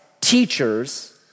teachers